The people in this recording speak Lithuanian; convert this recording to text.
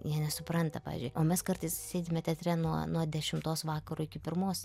jie nesupranta pavyzdžiui o mes kartais sėdime teatre nuo nuo dešimtos vakaro iki pirmos